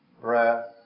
breath